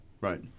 Right